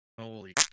Holy